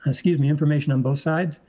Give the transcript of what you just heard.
and excuse me, information on both sides,